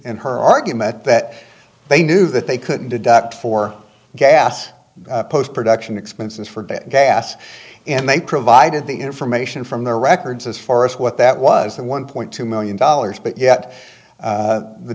in her argument that they knew that they couldn't deduct for gas post production expenses for gas and they provided the information from their records as far as what that was the one point two million dollars but yet